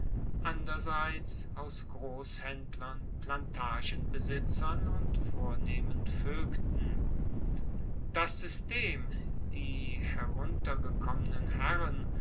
anderseits aus grosshaendlern plantagenbesitzern und vornehmen voegten das system die heruntergekommenen herren